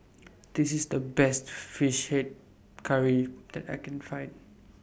This IS The Best Fish Head Curry that I Can Find